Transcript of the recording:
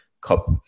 cop